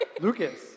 Lucas